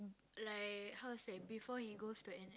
like how to say before he goes to N_S